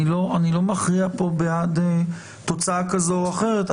אני לא מכריע פה בעד תוצאה כזאת או אחרת.